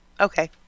Okay